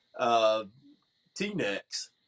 T-necks